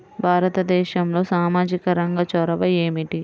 భారతదేశంలో సామాజిక రంగ చొరవ ఏమిటి?